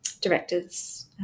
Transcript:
directors